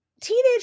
teenage